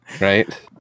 right